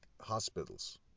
hospitals